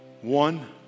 One